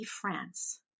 France